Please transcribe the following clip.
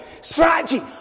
strategy